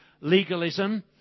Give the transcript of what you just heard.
legalism